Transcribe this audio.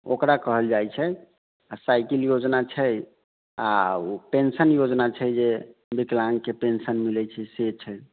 ओकरा कहल जाइत छै आ साइकिल योजना छै आ ओ पेंशन योजना छै जे विकलाङ्गके पेंशन मिलैत छै से छै